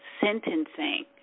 sentencing